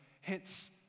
hits